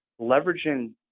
leveraging